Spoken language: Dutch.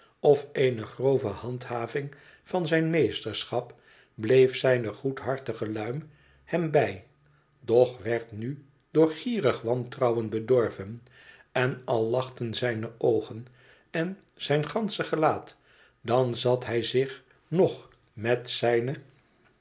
of eene grove handhaving van zijn meesterschap bleef zijne goedhartige luim hem bij doch werd nu door gierig wantrouwen bedorven en al lachten zijne oogen en zijn gansche gelaat dan zat hij zich nog met zijne